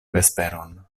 vesperon